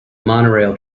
monorail